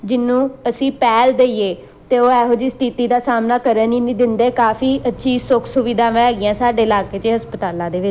ਜਿਹਨੂੰ ਅਸੀਂ ਪਹਿਲ ਦੇਈਏ ਅਤੇ ਉਹ ਇਹੋ ਜਿਹੀ ਸਥਿਤੀ ਦਾ ਸਾਹਮਣਾ ਕਰਨ ਹੀ ਨਹੀਂ ਦਿੰਦੇ ਕਾਫੀ ਅੱਛੀ ਸੁੱਖ ਸੁਵਿਧਾਵਾਂ ਹੈਗੀਆਂ ਸਾਡੇ ਇਲਾਕੇ 'ਚ ਹਸਪਤਾਲਾਂ ਦੇ ਵਿੱਚ